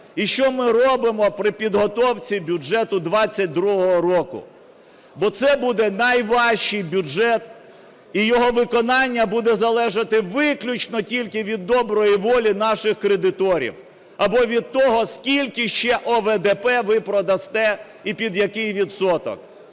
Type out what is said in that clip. І що ми робимо при підготовці бюджету 2022 року? Бо це буде найважчий бюджет і його виконання буде залежати виключно тільки від доброї волі наших кредиторів або від того, скільки ще ОВДП ви продасте і під який відсоток.